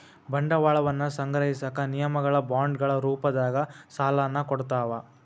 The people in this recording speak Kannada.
ಬಂಡವಾಳವನ್ನ ಸಂಗ್ರಹಿಸಕ ನಿಗಮಗಳ ಬಾಂಡ್ಗಳ ರೂಪದಾಗ ಸಾಲನ ಕೊಡ್ತಾವ